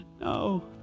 No